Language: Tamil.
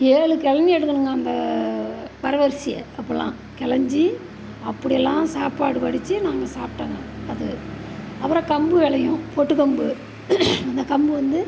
ஏழு கலனி எடுக்கணுங்க அந்த வரகுரிசிய அப்போல்லாம் கலஞ்சி அப்படியெல்லாம் சாப்பாடு வடித்து நாங்கள் சாப்பிட்டோங்க அது அப்புறம் கம்பு விளையும் பொட்டு கம்பு அந்த கம்பு வந்து